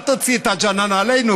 אל תוציא את הג'ננה עלינו,